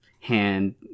hand